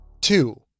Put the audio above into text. two